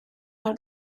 mewn